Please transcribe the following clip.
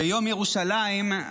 ביום ירושלים,